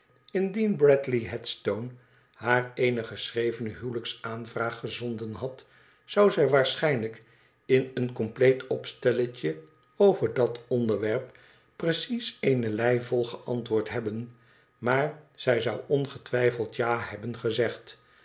indien bradley headstone haar eene geschrevene huwelijksaanvraag gezonden had zou zij waarschijnlijk in een compleet opstelletje over dat onderwerp precies eene lei vol geantwoord hebben maar zij zou ongetwijfeld ja hebben gezegd